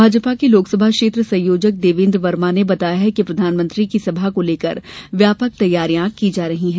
भाजपा के लोकसभा क्षेत्र संयोजक देवेन्द्र वर्मा ने बताया कि प्रधानमंत्री की सभा को लेकर व्यापक तैयारियां की जा रही है